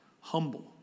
humble